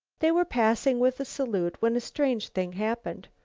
they were passing with a salute, when a strange thing happened.